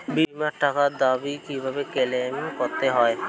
বিমার টাকার দাবি কিভাবে ক্লেইম করতে হয়?